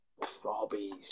Hobbies